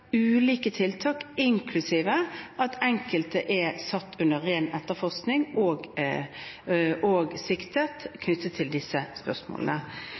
ulike tiltak – inklusive at enkelte er satt under ren etterforskning og siktet – knyttet til disse spørsmålene.